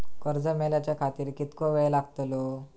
कर्ज मेलाच्या खातिर कीतको वेळ लागतलो?